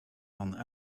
dan